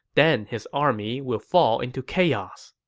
then his army will fall into chaos.